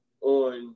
on